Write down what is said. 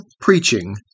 preaching